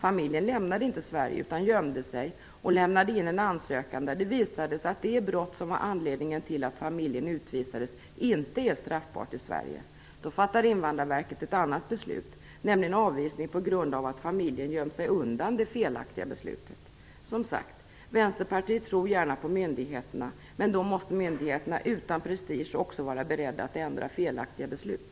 Familjen lämnade inte Sverige utan gömde sig och lämnade in en ansökan där det visades att det brott som var anledningen till att familjen utvisades inte är straffbart i Sverige. Då fattade Invandrarverket ett annat beslut, nämligen avvisning på grund av att familjen gömt sig undan det felaktiga beslutet. Som sagt, vänsterpartiet tror gärna på myndigheterna, men då måste myndigheterna utan prestige också vara beredda att ändra felaktiga beslut.